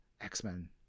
x-men